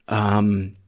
um,